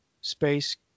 space